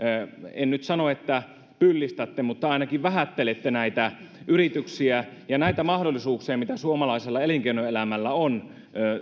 en nyt sano että pyllistätte mutta ainakin vähättelette näitä yrityksiä ja näitä mahdollisuuksia mitä suomalaisella elinkeinoelämällä on